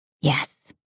Yes